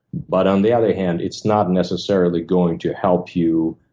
but on the other hand, it's not necessarily going to help you